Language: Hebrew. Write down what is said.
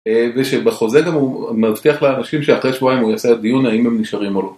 זה שבחוזה גם הוא מבטיח לאנשים שאחרי שבועיים הוא יעשה את הדיון האם הם נשארים או לא